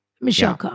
Michelle